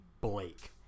Blake